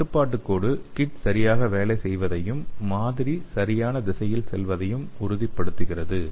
கட்டுப்பாட்டு கோடு கிட் சரியாக வேலை செய்வதையும் மாதிரி சரியான திசையில் செல்வதையும் வரி உறுதிப்படுத்துகிறது